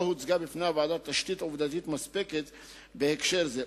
לא הוצגה בפני הוועדה תשתית עובדתית מספקת בהקשר זה,